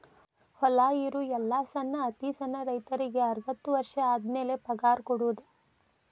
ಹೊಲಾ ಇರು ಎಲ್ಲಾ ಸಣ್ಣ ಅತಿ ಸಣ್ಣ ರೈತರಿಗೆ ಅರ್ವತ್ತು ವರ್ಷ ಆದಮ್ಯಾಲ ಪಗಾರ ಕೊಡುದ